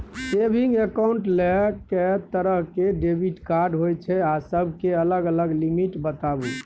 Saving accounts ल के तरह के डेबिट कार्ड होय छै आ सब के अलग अलग लिमिट बताबू?